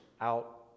out